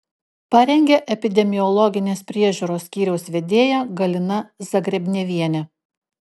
parengė epidemiologinės priežiūros skyriaus vedėja galina zagrebnevienė